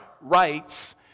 rights